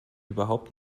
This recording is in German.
überhaupt